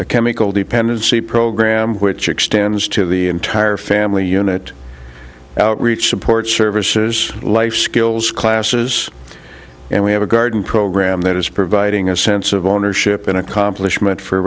a chemical dependency program which extends to the entire family unit outreach support services life skills classes and we have a garden program that is providing a sense of ownership an accomplishment for